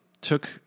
took